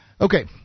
Okay